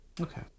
Okay